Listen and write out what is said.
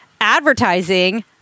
advertising